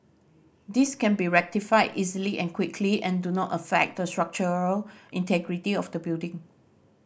these can be rectified easily and quickly and do not affect the structural integrity of the building